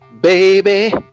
baby